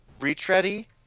reach-ready